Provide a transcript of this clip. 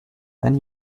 then